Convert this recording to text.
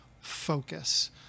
focus